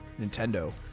Nintendo